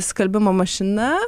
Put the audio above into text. skalbimo mašina